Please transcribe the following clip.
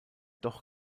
doch